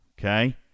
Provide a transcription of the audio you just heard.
Okay